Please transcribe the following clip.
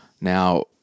Now